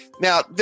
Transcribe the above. Now